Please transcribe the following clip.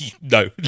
No